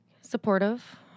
Supportive